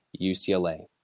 UCLA